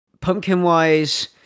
Pumpkin-wise